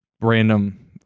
random